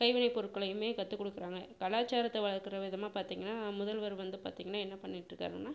கைவினை பொருட்களையுமே கற்று கொடுக்குறாங்க கலாச்சாரத்தை வளர்க்கற விதமாக பார்த்தீங்கனா நம் முதல்வர் வந்து பார்த்தீங்கனா என்ன பண்ணிட்ருக்காருனால்